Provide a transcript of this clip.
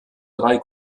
drei